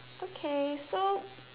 okay so